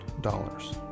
dollars